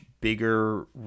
bigger